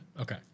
Okay